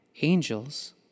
angels